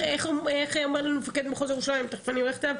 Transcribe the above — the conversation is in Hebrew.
איך אמר לי מפקד מחוז ירושלים שעוד מעט אני הולכת אליו?